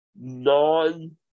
non